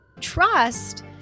trust